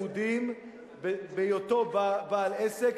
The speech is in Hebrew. בהיותו בעל עסק,